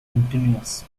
continuous